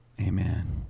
Amen